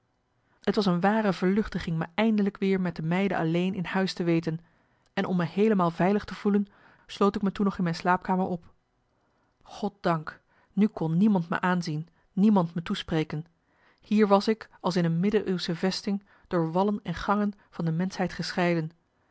het was een ware verluchtiging me eindelijk weer met de meiden alleen in huis te weten en om me heelemaal veilig te voelen sloot ik me toen nog in mijn slaapkamer op goddank nu kon niemand me aazien niemand me toespreken hier was ik als in een middeleeuwsche vesting door wallen en gangen van de menschheid gescheiden